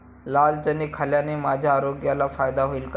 लाल चणे खाल्ल्याने माझ्या आरोग्याला फायदा होईल का?